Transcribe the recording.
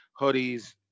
hoodies